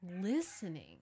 Listening